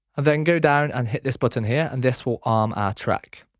then go down and hit this button here and this will arm our track.